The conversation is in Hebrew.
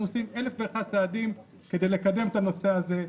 אנחנו עושים אלף ואחד צעדים כדי לקדם את הנושא הזה.